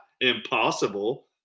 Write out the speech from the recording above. impossible